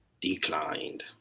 Declined